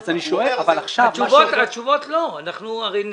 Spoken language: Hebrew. אז אני שואל עכשיו -- לא, אנחנו נדבר.